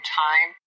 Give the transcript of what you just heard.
time